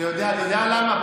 אתה יודע למה?